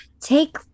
take